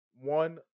One